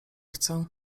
chcę